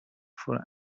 for